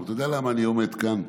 אתה יודע למה אני עומד כאן?